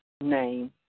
name